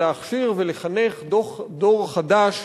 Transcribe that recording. ולהכשיר ולחנך דור חדש